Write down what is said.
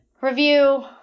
review